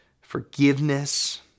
forgiveness